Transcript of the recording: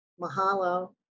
mahalo